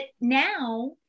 now